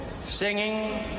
singing